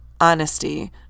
honesty